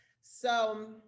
so-